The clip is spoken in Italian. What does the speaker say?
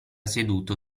seduto